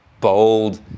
bold